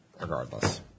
regardless